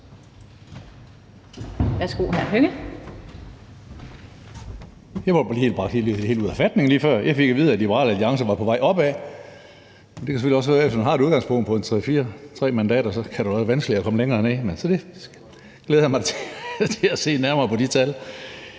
Karsten Hønge (SF): Jeg var bragt helt ud af fatning lige før. Jeg fik at vide, at Liberal Alliance var på vej opad, og det kan jeg selvfølgelig også høre; eftersom man har et udgangspunkt på tre mandater, kan det jo være vanskeligt at komme længere ned, men jeg glæder mig til at se nærmere på de tal.